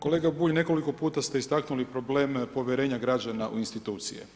Kolega Bulj, nekoliko puta ste istaknuli problem povjerenja građana u institucije.